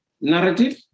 narrative